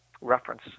reference